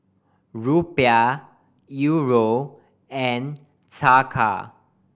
Rupiah Euro and Taka